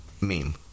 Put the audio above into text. meme